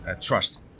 trust